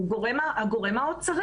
הגורם שצריך להיות פה הוא הגורם האוצרי.